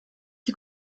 die